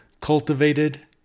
cultivated